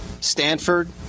Stanford